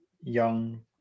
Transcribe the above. young